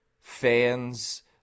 fans